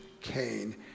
Cain